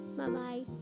Bye-bye